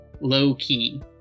low-key